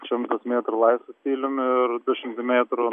šimtas mėtrų laisvu stiliumi ir du šimtai mėtrų